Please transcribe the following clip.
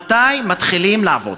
מתי מתחילים לעבוד?